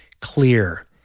clear